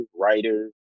writer